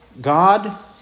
God